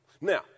Now